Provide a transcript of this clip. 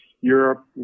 Europe